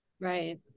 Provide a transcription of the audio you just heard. right